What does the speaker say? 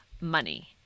money